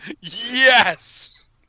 Yes